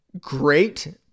great